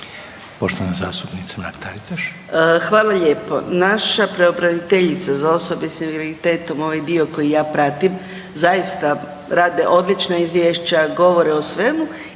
**Mrak-Taritaš, Anka (GLAS)** Hvala lijepo. Naša pravobraniteljica za osobe s invaliditetom, ovaj dio koji ja pratim zaista rade odlična izvješća, govore o svemu